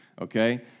Okay